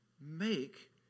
make